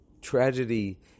tragedy